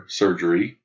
surgery